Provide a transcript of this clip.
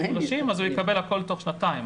הוא יקבל הכול תוך שנתיים,